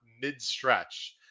mid-stretch